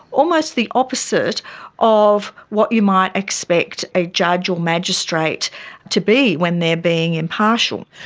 almost the opposite of what you might expect a judge or magistrate to be when they are being impartial.